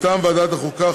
מטעם ועדת החוקה,